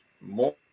more